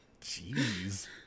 Jeez